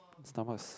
stomachs